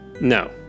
No